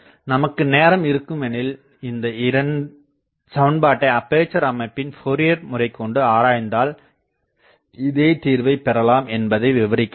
நமக்கு நேரம் இருக்கும் எனில் இந்த சமன்பாட்டை அப்பேசர் அமைப்பின் ஃபோர்ரியர் முறை கொண்டு ஆராய்ந்தால் இதே தீர்வை பெறலாம் என்பதை விவரிக்கலாம்